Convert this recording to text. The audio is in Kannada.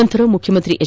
ನಂತರ ಮುಖ್ಯಮಂತ್ರಿ ಎಚ್